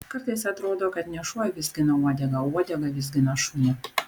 kartais atrodo kad ne šuo vizgina uodegą o uodega vizgina šunį